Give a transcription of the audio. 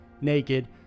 naked